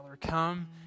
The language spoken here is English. come